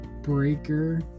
Breaker